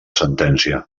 sentència